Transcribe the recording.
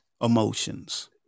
emotions